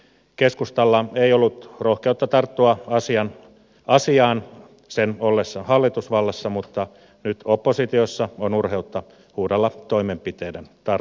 keskustalla ei ollut rohkeutta tarttua asiaan sen ollessa hallitusvallassa mutta nyt oppositiossa on urheutta huudella toimenpiteisiin tarttumisesta